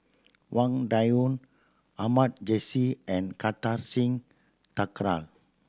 Wang Dayuan Ahmad Jais and Kartar Singh Thakral